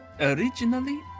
Originally